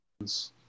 Yes